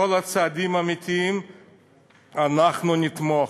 בכל הצעדים האמיתיים אנחנו נתמוך.